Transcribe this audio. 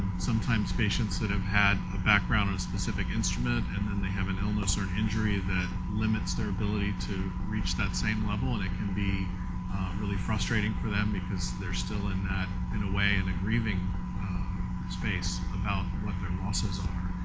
sometimes patients that have had a background on specific instrument and then they have an illness or an injury that limits their ability to reach that same level and it can be really frustrating for them because they're still in that in a way the grieving space about what their losses are.